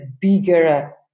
bigger